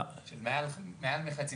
זו ההצגה